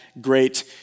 great